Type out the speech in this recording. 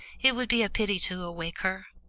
it would be a pity to awake her.